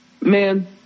man